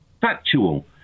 Factual